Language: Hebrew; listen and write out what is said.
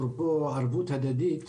אפרופו ערבות הדדית,